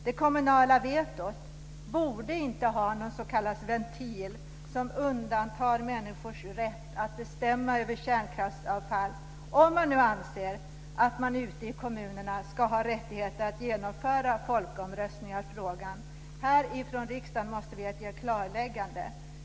Det kommunala vetot borde inte ha någon ventil som undantar människors rätt att bestämma över kärnkraftsavfall, om man nu anser att man ute i kommunerna ska ha rätt att genomföra folkomröstningar i frågan. Här ifrån riksdagen måste vi ge ett klarläggande.